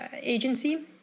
agency